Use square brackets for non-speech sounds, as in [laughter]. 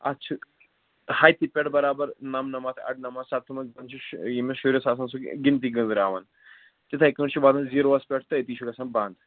اَتھ چھُ ہَتہِ پٮ۪ٹھ برابر نَمنَمَتھ اَرنَمَتھ سَتنمَتھ [unintelligible] ییٚمِس شُرِس آسان سُہ گِنٛدتی گنٛزراوان تِتھَے کٔٹھۍ چھُ واتان زیٖرووَس پٮ۪ٹھ تہٕ أتی چھُ گژھان بنٛد